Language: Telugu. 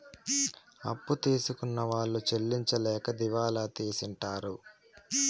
అప్పు తీసుకున్న వాళ్ళు చెల్లించలేక దివాళా తీసింటారు